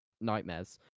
nightmares